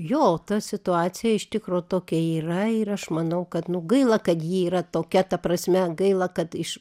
jo ta situacija iš tikro tokia yra ir aš manau kad nu gaila kad ji yra tokia ta prasme gaila kad iš